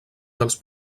dels